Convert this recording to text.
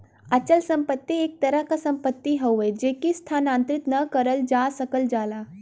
अचल संपत्ति एक तरह क सम्पति हउवे जेके स्थानांतरित न करल जा सकल जाला